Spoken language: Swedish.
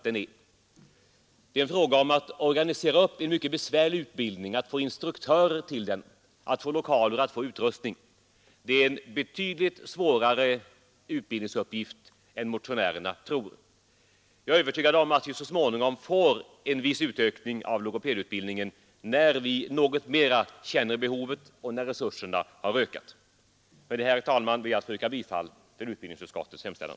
Det är fråga om att organisera upp en mycket besvärlig utbildning, att få instruktörer, lokaler och utrustning. Det är alltså en betydligt svårare utbildningsuppgift än motionärerna räknar med. Jag är övertygad om att vi så småningom får en viss utökning av logopedutbildningen, när vi bättre känner behovet och när resurserna ökat. Med detta, herr talman, ber jag att få yrka bifall till utbildningsutskottets hemställan.